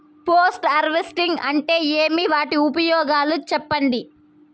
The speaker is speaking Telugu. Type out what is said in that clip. పోస్ట్ హార్వెస్టింగ్ అంటే ఏమి? వాటి ఉపయోగాలు చెప్పండి?